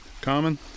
Common